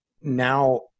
now